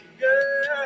girl